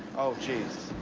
oh jeez.